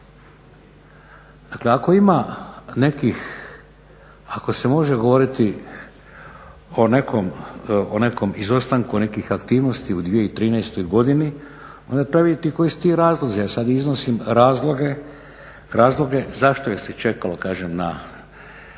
nekih, ako se može govoriti o nekom izostanku nekih aktivnosti u 2013. godini onda treba vidjeti koji su ti razlozi. A sada iznosim razloge zašto je se čekalo kažem